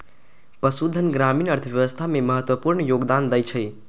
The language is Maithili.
पशुधन ग्रामीण अर्थव्यवस्था मे महत्वपूर्ण योगदान दै छै